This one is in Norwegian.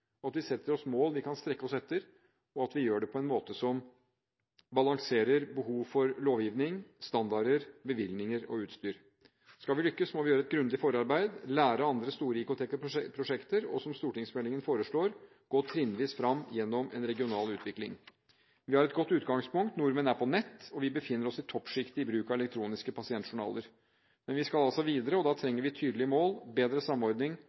at vi setter oss mål vi kan strekke oss etter, og at vi gjør det på en måte som balanserer behov for lovgivning, standarder, bevilgninger og utstyr. Skal vi lykkes, må vi gjøre et grundig forarbeid, lære av andre store IKT-prosjekter og – som stortingsmeldingen foreslår – gå trinnvis fram gjennom en regional utvikling. Vi har et godt utgangspunkt – nordmenn er på nett, og vi befinner oss i toppsjiktet i bruk av elektroniske pasientjournaler. Men vi skal altså videre, og da trenger vi tydelige mål, bedre samordning,